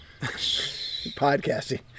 podcasting